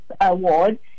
award